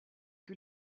que